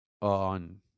on